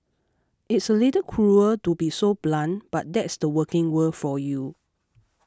it's a little cruel to be so blunt but that's the working world for you